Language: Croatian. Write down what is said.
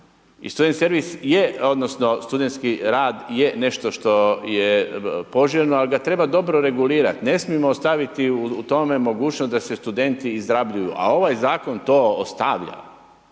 I student servis je, odnosno studentski rad je nešto što je poželjno ali ga treba dobro regulirati. Ne smijemo ostaviti u tome mogućnost da se studenti izrabljuju a ovaj zakon to ostavlja.